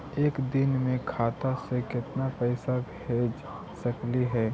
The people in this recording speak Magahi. एक दिन में खाता से केतना पैसा भेज सकली हे?